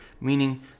meaning